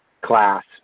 class